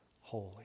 holy